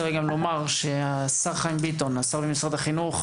השר במשרד החינוך,